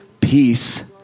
peace